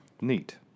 Neat